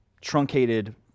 truncated